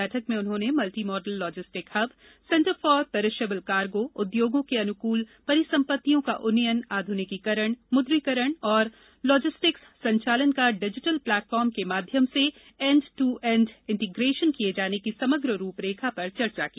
बैठक में उन्होंने multi modal logistics hub centre for perishable cargo उद्योगों के अनुकूल परिसंपत्तियों का उन्नयन आधुनिकीकरण मुद्रीकरण एवं लॉजिस्टिक्स संचालन का डिजिटल प्लेटफार्म के माध्यम से एंड टू एंड इंटीग्रेशन किये जाने की समग्र रूपरेखा पर चर्चा की